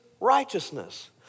righteousness